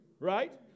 Right